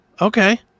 Okay